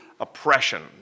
oppression